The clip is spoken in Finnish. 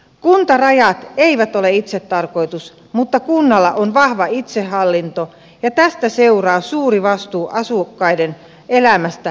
kuntarajat eivät ole itsetarkoitus mutta kunnalla on vahva itsehallinto ja tästä seuraa suuri vastuu asukkaiden elämästä ja hyvinvoinnista